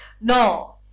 No